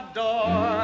door